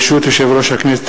ברשות יושב-ראש הכנסת,